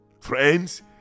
Friends